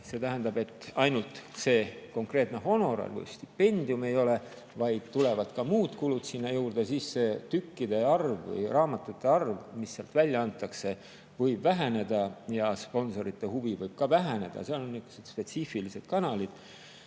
see tähendab, ei ole ainult see konkreetne honorar või stipendium, vaid tulevad ka muud kulud sinna juurde, siis see tükkide arv või raamatute arv, mis seal välja antakse, võib väheneda ja sponsorite huvi võib ka väheneda. Seal on nihukesed spetsiifilised kanalid.